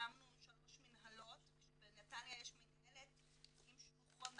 הקמנו שלוש מינהלות כשבנתניה יש מינהלת עם שלוחות,